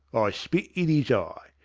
i spit in is eye.